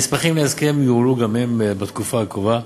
הנספחים להסכם יועלו גם הם בתקופה הקרובה.